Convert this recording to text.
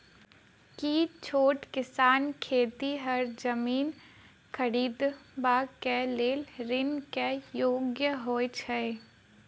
की छोट किसान खेतिहर जमीन खरिदबाक लेल ऋणक योग्य होइ छै?